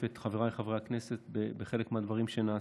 את חבריי חברי הכנסת בחלק מהדברים שנעשים.